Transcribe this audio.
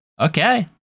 Okay